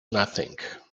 nothing